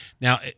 Now